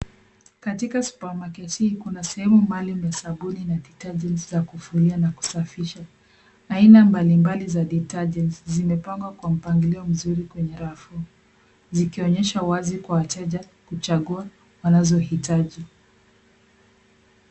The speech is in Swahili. Katika supermarket hii kuna sehemu maalum ya sabuni na detergents za kufulia na kusafisha. Aina mbalimbali za detergents zimepangwa kwa mpangilio mzuri kwenye rafu zikionyesha wazi kwa wateja kuchagua wanazohitaji.